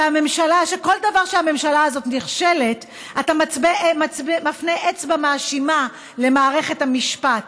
שבכל דבר שהממשלה הזאת נכשלת אתה מפנה אצבע מאשימה למערכת המשפט,